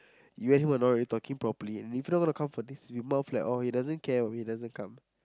you and him were already not talking properly and if you don't wanna come for this it's going to be more flat or he doesn't care of it doesn't come